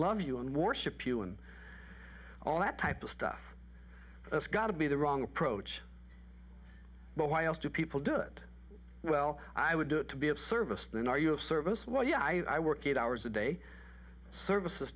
love you and worship you and all that type of stuff it's got to be the wrong approach but why else do people do it well i would do it to be of service than are you of service well you know i work eight hours a day services